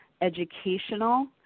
educational